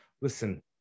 Listen